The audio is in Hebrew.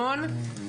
אלון,